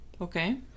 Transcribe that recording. Okay